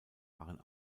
waren